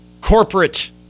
corporate